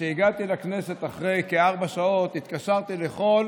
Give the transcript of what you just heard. וכשהגעתי לכנסת אחרי כארבע שעות התקשרתי לכל